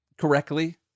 correctly